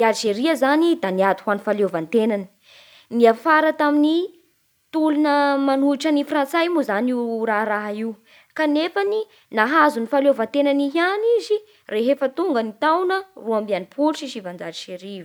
I Alzeria zany da niady ho an'ny fahaleovan-tenany. Niafara tamin'ny tolona manohitra ny frantsay moa zany io raharaha io. Kanefany nahazo ny fahaleovan-tenany ihany izy rehefa tonga ny taogna roa amby enimpolo sy sivanjato sy arivo.